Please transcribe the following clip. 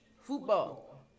Football